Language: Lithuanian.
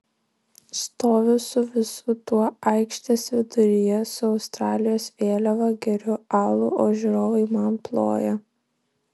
stoviu su visu tuo aikštės viduryje su australijos vėliava geriu alų o žiūrovai man ploja